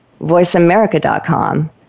VoiceAmerica.com